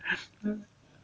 mm